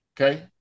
okay